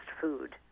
food